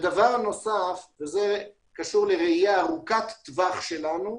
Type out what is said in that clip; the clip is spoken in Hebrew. דבר נוסף, זה קשור לראייה ארוכת טווח שלנו,